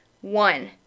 one